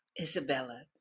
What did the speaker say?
Isabella